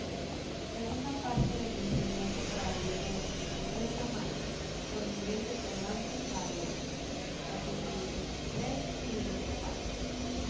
segunda parte del ingenioso caballero don quijote de la mancha por miguel de cervantes saavedra y